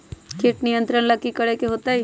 किट नियंत्रण ला कि करे के होतइ?